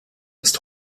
ist